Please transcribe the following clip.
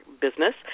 business